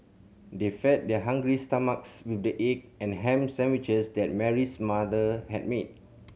they fed their hungry stomachs with the egg and ham sandwiches that Mary's mother had made